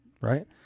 Right